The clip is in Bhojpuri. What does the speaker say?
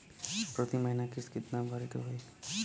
प्रति महीना किस्त कितना भरे के होई?